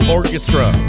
Orchestra